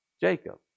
Jacob